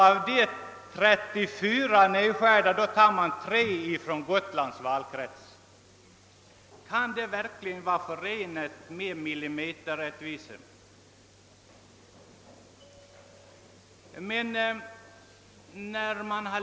Av de 34 som försvinner tas tre från Gotlands valkrets. Kan det verkligen vara förenligt med principerna om millimeterrättvisa?